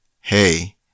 hey